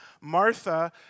Martha